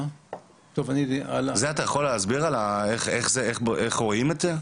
--- אתה יכול להסביר איך רואים את זה?